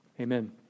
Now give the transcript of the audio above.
amen